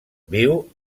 viu